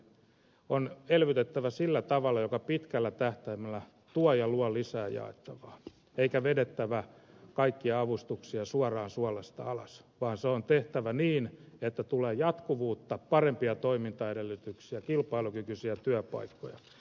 on elvytettävä sillä tavalla joka pitkällä tähtäimellä tuo ja luo lisää jaettavaa eikä vedettävä kaikkia avustuksia suoraan suolesta alas vaan se on tehtävä niin että tulee jatkuvuutta parempia toimintaedellytyksiä kilpailukykyisiä työpaikkoja